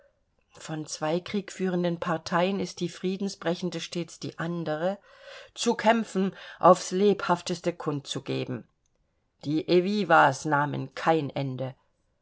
von zwei kriegführenden parteien ist die friedensbrechende stets die andere zu kämpfen aufs lebhafteste kund zu geben die evivas nahmen kein ende